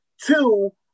Two